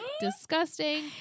Disgusting